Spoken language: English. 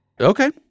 Okay